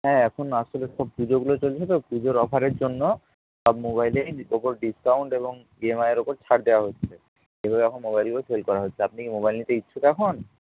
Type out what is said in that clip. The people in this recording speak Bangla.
হ্যাঁ এখন আসলে সব পুজোগুলো চলছে তো পুজোর অফারের জন্য সব মোবাইলেই ওপর ডিসকাউন্ট এবং ই এম আইয়ের ওপর ছাড় দেওয়া হচ্ছে এইভাবে এখন মোবাইলগুলো সেল করা হচ্ছে আপনি কি মোবাইল নিতে ইচ্ছুক এখন